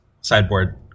sideboard